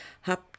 Hab